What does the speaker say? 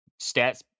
stats